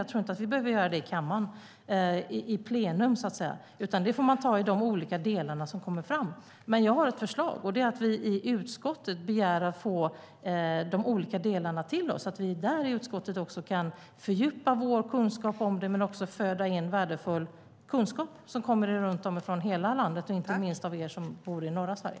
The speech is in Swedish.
Jag tror inte att vi behöver göra det i plenum i kammaren, utan det kan vi ta i de olika delar som kommer fram. Jag har ett förslag, och det är att vi i utskottet begär att få de olika delarna till oss så att vi där i utskottet också kan fördjupa vår kunskap om det och föda in värdefull kunskap som kommer från hela landet, inte minst från er som bor i norra Sverige.